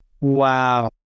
Wow